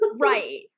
Right